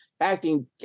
acting